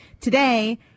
today